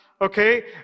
okay